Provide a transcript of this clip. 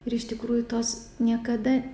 ir iš tikrųjų tos niekada